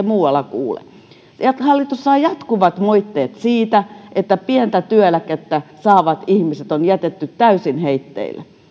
muualla kuule hallitus saa jatkuvat moitteet siitä että pientä työeläkettä saavat ihmiset on jätetty täysin heitteille